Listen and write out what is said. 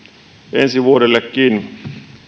ensi vuodellekin